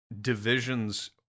divisions